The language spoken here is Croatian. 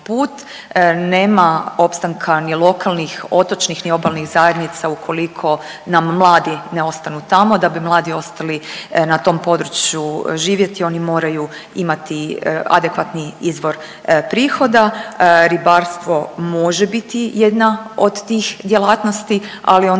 put nema opstanka ni lokalnih otočnih ni obalnih zajednica ukoliko nam mladi ne ostanu tamo da bi mladi ostali na tom području živjeti oni moraju imati adekvatni izvor prihoda. Ribarstvo može biti jedna od tih djelatnosti, ali onda